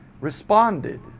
responded